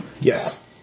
Yes